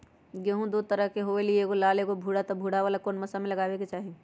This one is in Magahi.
गेंहू दो तरह के होअ ली एगो लाल एगो भूरा त भूरा वाला कौन मौसम मे लगाबे के चाहि?